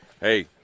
hey